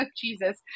Jesus